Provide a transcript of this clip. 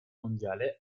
mondiale